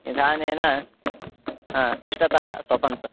निधानेन पृष्टतः स्वपन्तु